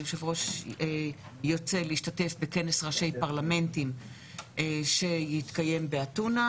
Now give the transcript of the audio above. היושב-ראש יוצא להשתתף בכנס ראשי פרלמנטים שיתקיים באתונה,